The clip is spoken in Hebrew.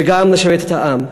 וגם לשרת את העם.